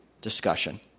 discussion